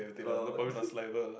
oh